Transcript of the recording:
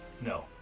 No